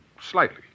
slightly